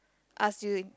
ask you